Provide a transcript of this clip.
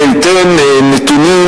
ליתן נתונים,